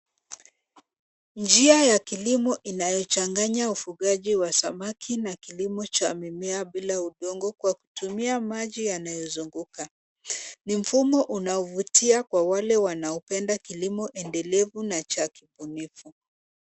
Njia ya kilimo inayochanganya ufugaji wa samaki na kilimo cha mimea bila udongo kwa kutumia maji yanayozunguka. Ni mfumo unaovutia kwa wale wanaopenda kilimo endelevu na cha ubunifu.